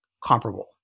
comparable